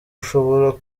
ushobora